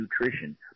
nutrition